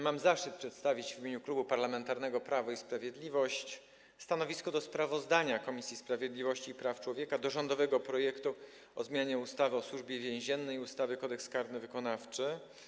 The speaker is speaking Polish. Mam zaszczyt przedstawić w imieniu Klubu Parlamentarnego Prawo i Sprawiedliwość stanowisko wobec sprawozdania Komisji Sprawiedliwości i Praw Człowieka o rządowym projekcie ustawy o zmianie ustawy o Służbie Więziennej i ustawy Kodeks karny wykonawczy.